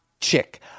chick